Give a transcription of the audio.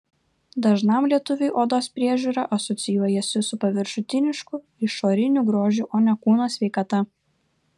dažnam lietuviui odos priežiūra asocijuojasi su paviršutinišku išoriniu grožiu o ne kūno sveikata